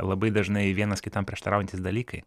labai dažnai vienas kitam prieštaraujantys dalykai